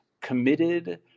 committed